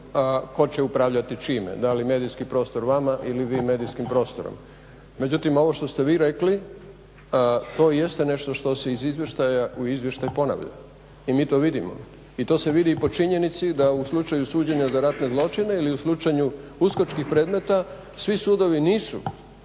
tko će upravljati čime, da li medijski prostor vama ili vi medijskim prostorom. Međutim, ovo što ste vi rekli to jeste nešto što se iz izvještaja u izvještaj ponavlja i mi to vidimo i to se vidi i po činjenici da u slučaju suđenja za ratne zločine ili u slučaju uskočkih predmeta svi sudovi nisu